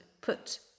put